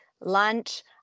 lunch